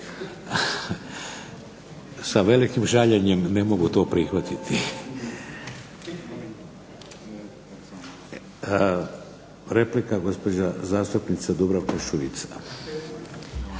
Sa velikim žaljenjem ne mogu to prihvatiti. Replika gospođa zastupnica Dubravka Šuica.